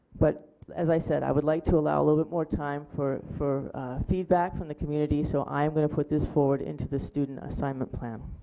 but as i said i would like to allow allow but more time for for feedback from the community so i am going to put this forward into the student assignment plan. are